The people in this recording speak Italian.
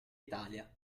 italia